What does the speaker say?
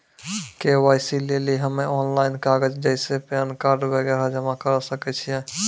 KYC लेली हम्मय online कागज जैसे पैन कार्ड वगैरह जमा करें सके छियै?